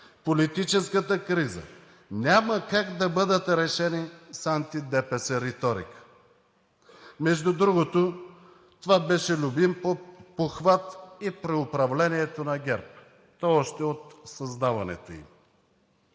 политическата криза няма как да бъдат решени с анти-ДПС риторика! Между другото, това беше любим похват и при управлението на ГЕРБ още от създаването ѝ.